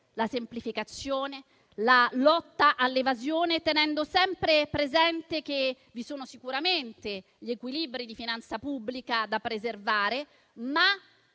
la semplificazione e la lotta all'evasione - tenendo sempre presente che vi sono sicuramente gli equilibri di finanza pubblica da preservare, ma